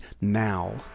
now